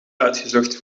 uitgezocht